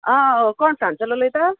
आ कोण सांगचो उलोयता